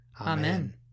Amen